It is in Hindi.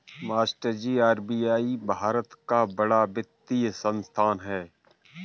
मास्टरजी आर.बी.आई भारत का बड़ा वित्तीय संस्थान है